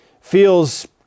feels –